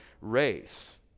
race